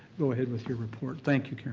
go ahead with your report. thank you, karen.